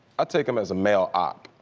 i take him as a male op.